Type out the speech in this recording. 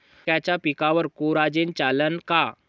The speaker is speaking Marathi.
मक्याच्या पिकावर कोराजेन चालन का?